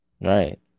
Right